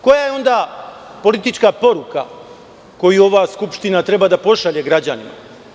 Koja je onda politička poruka koju ova Skupština treba da pošalje građanima?